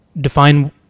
define